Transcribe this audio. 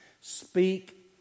speak